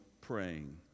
praying